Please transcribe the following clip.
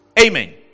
Amen